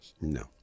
No